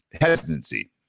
hesitancy